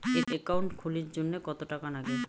Account খুলির জন্যে কত টাকা নাগে?